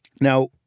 Now